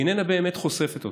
היא איננה באמת חושפת אותם.